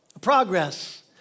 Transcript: progress